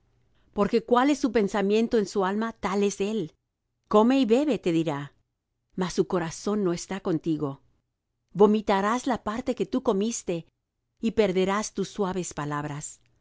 porque cual es su pensamiento en su alma tal es él come y bebe te dirá mas su corazón no está contigo vomitarás la parte que tú comiste y perderás tus suaves palabras no